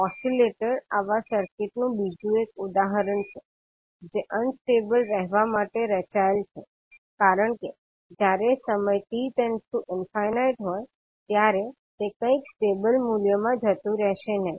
oscillator આવા સર્કિટનું બીજું એક ઉદાહરણ છે જે અનસ્ટેબલ રહેવા માટે રચાયેલ છે કારણ કે જ્યારે સમય t →∞ હોય ત્યારે તે કોઇંક સ્ટેબલ મૂલ્ય માં જતું રહેશે નહીં